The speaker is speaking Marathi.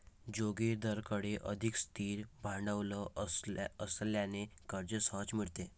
जोगिंदरकडे अधिक स्थिर भांडवल असल्याने कर्ज सहज मिळते